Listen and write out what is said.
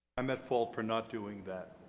i'm at fault for not doing that.